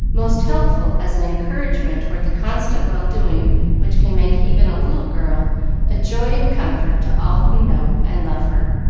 most helpful as an encouragement toward the constant well-doing which can make even a little girl a joy and comfort to all who know and love her.